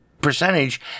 percentage